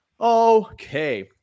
Okay